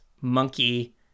Monkey